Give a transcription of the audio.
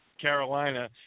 Carolina